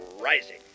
Rising